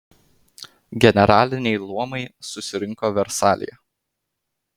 generaliniai luomai susirinko versalyje